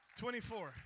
24